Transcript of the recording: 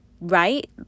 right